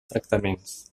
tractaments